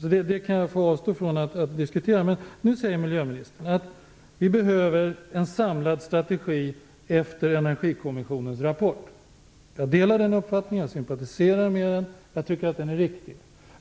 så det kan jag avstå från att diskutera. Nu säger miljöministern att vi behöver en samlad strategi efter Energikommissionens rapport. Jag delar den uppfattningen, sympatiserar med den och tycker att den är riktig.